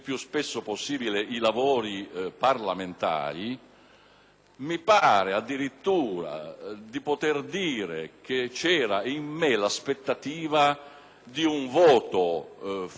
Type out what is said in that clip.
mi pare addirittura di poter dire che vi era in me l'aspettativa di un voto favorevole dell'opposizione a questo provvedimento.